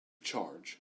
charge